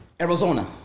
Arizona